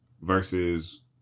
versus